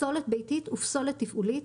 פסולת ביתית ופסולת תפעולית,